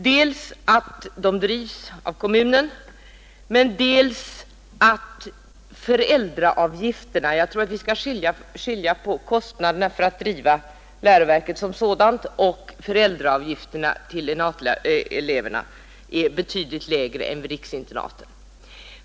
Dels drivs det av kommunen, dels är föräldraavgifterna — jag tror att vi skall skilja på kostnaderna för att driva läroverket som sådant och föräldraavgifterna — per elev betydligt lägre än vid riksinternaten.